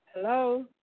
Hello